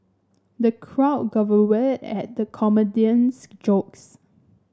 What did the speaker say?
the crowd guffawed at the comedian's jokes